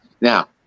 Now